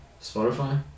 Spotify